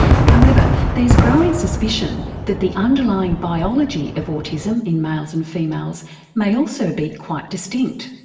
however, there's growing suspicion that the underlying biology of autism in males and females may also be quite distinct.